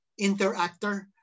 interactor